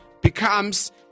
becomes